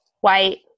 white